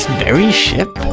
very ship?